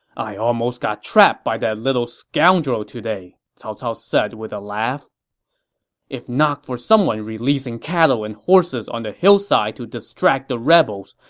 i almost got trapped by that little scoundrel today, cao cao said with a laugh if not for someone releasing cattle and horses on the hillside to distract the rebels,